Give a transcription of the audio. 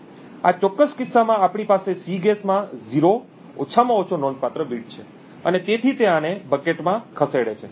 આ ચોક્કસ કિસ્સામાં આપણી પાસે સીગેસ માં 0 ઓછામાં ઓછો નોંધપાત્ર બીટ છે અને તેથી તે આને બકેટમાં ખસેડે છે